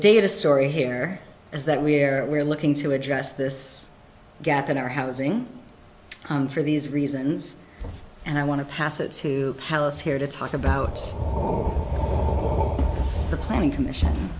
data story here is that we're looking to address this gap in our housing for these reasons and i want to pass it to hell is here to talk about the planning commission